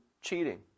cheating